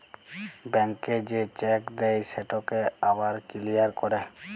ব্যাংকে যে চ্যাক দেই সেটকে আবার কিলিয়ার ক্যরে